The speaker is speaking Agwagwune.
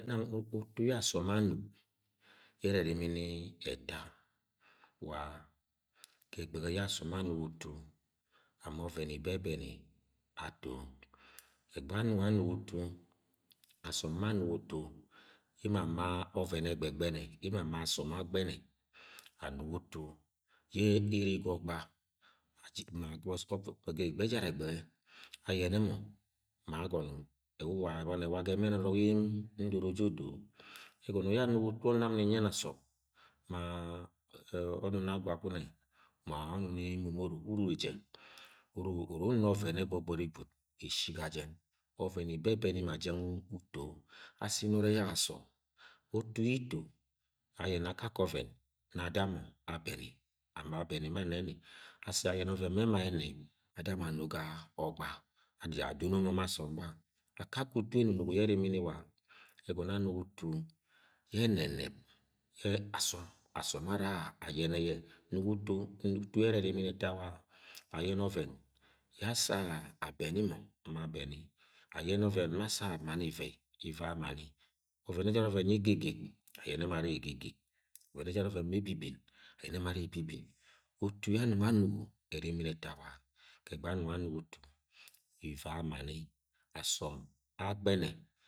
Nam utu yẹ asọm anug ye are erimini ẹta ga ẹgbege ye asọm anugo utu ama ọven ibebemi ato egbe anung amugo utu asom ma anugo utu emo ama ọven egbegbene emo ama abom agbene anugo utu ye ere ga ogba egbege ejar egbege ayene mo ma agono ewu wa ebọni ewa ga emẹn onok ye ndoro je odo egono anugo utu-nam nin-nyene asom ma-e onum agula gune ma-a onum emororo umu ne je urunna oven ne gbogbori gwud eshi ga jen oven ibebeni ma jang u uto asi noro eyak asom utu ye ito anene akake oven nọ adamọ abem and abem ma me ni asi ayene oven me ẹma eneb ada mọ ano ga ogba kake utu enunugo ye erimini wa-a- egọmọ anugo utu ye erimini ma-a- egọmọ amugo utu ye ẹnẹneb ye asom, asom ara ayere ye nugo utu nugo utu ye ene erimini etu man-a ayemu oven yẹ asa abami mọr ma abam ayene oven ma asa amani ivei, ivei amam ovẹn ejara ovẹn ye egegeg ayene mo arc egegeg oven ejara oven ye ayen ane ebi bin ayene mọ are ebibim. Utu ye amumg anungo erimini eta wa ga egbege ye anung anugo utu wei amani asọm agbene